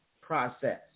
process